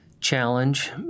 challenge